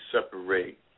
separate